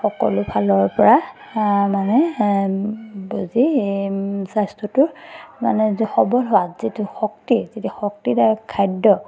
সকলো ফালৰপৰা মানে যি স্বাস্থ্যটো মানে সবল হোৱাত যিটো শক্তি যিটো শক্তিদায়ক খাদ্য